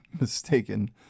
mistaken